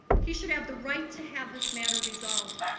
he should have the right to have this matter resolved.